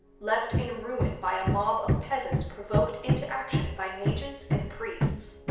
left in ruin by a mob of peasants provoked into action by mages and priests.